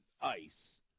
ice